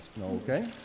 Okay